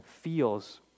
feels